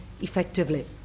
effectively